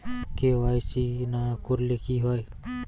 KYC না করলে কি হয়?